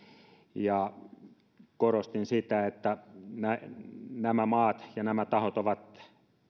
korostin sitä että nämä maat ja nämä tahot ovat